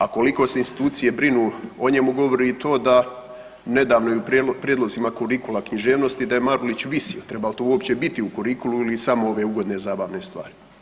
A koliko se institucije brinu o njemu govori i to da nedavno je u prijedlozima kurikula književnosti da je Marulić visio, treba li to uopće biti u kurikulumu ili samo ove ugodne, zabavne stvari.